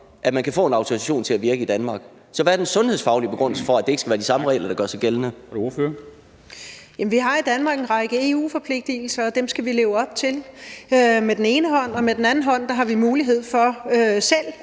at man kan få en autorisation til at virke i Danmark. Så hvad er den sundhedsfaglige begrundelse for, at det ikke skal være de samme regler, der gør sig gældende? Kl. 11:17 Formanden (Henrik Dam Kristensen): Ordføreren. Kl. 11:17 Jane Heitmann (V): Vi har i Danmark en række EU-forpligtigelser, og dem skal vi leve op til med den ene hånd, og med den anden hånd har vi mulighed for selv